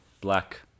black